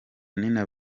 nina